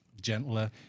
gentler